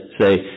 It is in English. say